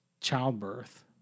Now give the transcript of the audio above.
childbirth